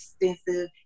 extensive